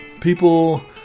People